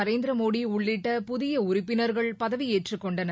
நரேந்திரமோடி உள்ளிட்ட புதிய உறுப்பினர்கள் பதவியேற்றுக் கொண்டனர்